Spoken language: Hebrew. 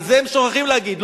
זה הם שוכחים להגיד.